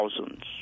thousands